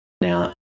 Now